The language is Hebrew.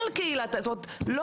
זאת אומרת,?